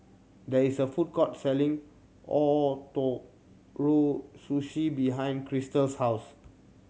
there is a food court selling Ootoro Sushi behind Krystal's house